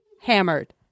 Hammered